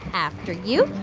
after you,